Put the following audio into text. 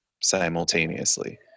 simultaneously